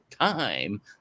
time